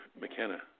McKenna